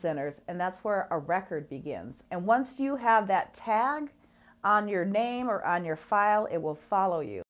centers and that's where our record begins and once you have that tag on your name or on your file it will follow you